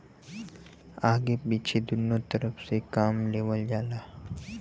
आगे पीछे दुन्नु तरफ से काम लेवल जाला